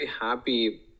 happy